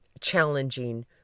challenging